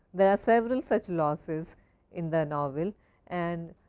there are several such losses in the novel and